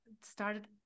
started